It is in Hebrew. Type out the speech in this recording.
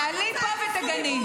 תעלי לפה ותגני.